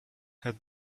had